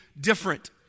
different